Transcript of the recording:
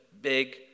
big